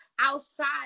outside